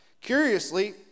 Curiously